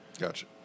Gotcha